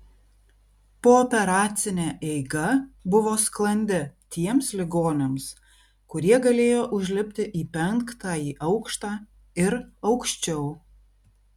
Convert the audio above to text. pooperacinė eiga buvo sklandi tiems ligoniams kurie galėjo užlipti į penktąjį aukštą ir aukščiau